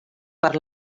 per